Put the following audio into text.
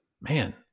man